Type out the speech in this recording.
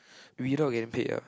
we don't get paid ah